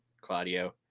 Claudio